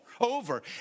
over